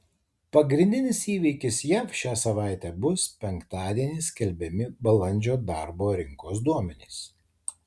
pagrindinis įvykis jav šią savaitę bus penktadienį skelbiami balandžio darbo rinkos duomenys